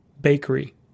Bakery